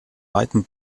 weitem